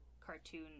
cartoon